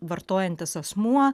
vartojantis asmuo